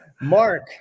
Mark